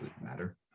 matter